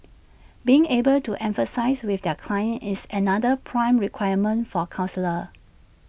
being able to empathise with their clients is another prime requirement for counsellors